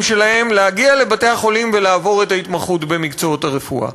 שלהם להגיע לבתי-החולים ולעבור את ההתמחות במקצועות הרפואה.